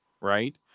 right